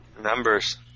Numbers